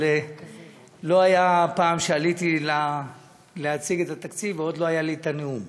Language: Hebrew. אבל לא הייתה פעם שעליתי להציג את התקציב ועוד לא היה לי הנאום.